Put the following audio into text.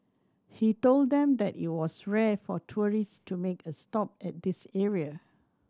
he told them that it was rare for tourists to make a stop at this area